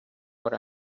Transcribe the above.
what